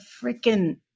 freaking